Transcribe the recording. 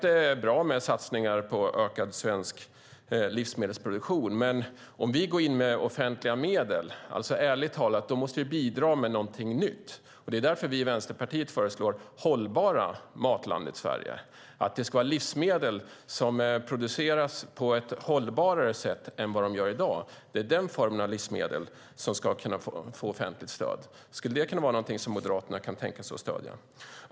Det är bra med satsningar på en ökad svensk livsmedelsproduktion. Men ärligt talat: Om vi går in med offentliga medel måste vi bidra med någonting nytt. Därför handlar Vänsterpartiets förslag om det hållbara Matlandet Sverige. Livsmedlen ska produceras på ett mer hållbart sätt än som i dag sker. Det är den formen, sådana livsmedel, som ska kunna få offentligt stöd. Skulle det kunna vara någonting Moderaterna kan tänka sig att stödja?